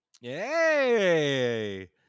Yay